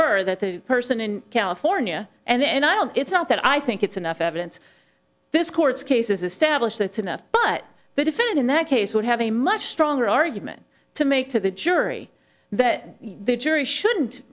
er that the person in california and then i don't it's not that i think it's enough evidence this court's case is established that's enough but the defendant in that case would have a much stronger argument to make to the jury that the jury shouldn't